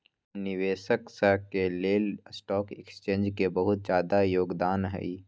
निवेशक स के लेल स्टॉक एक्सचेन्ज के बहुत जादा योगदान हई